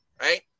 right